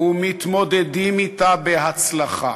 ומתמודדים אתה בהצלחה.